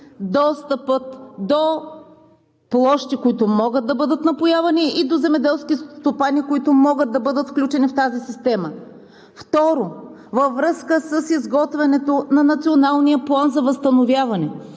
достъпът до площи, които могат да бъдат напоявани, и до земеделски стопани, които могат да бъдат включени в тази система. Второ, във връзка с изготвянето на националния план за възстановяване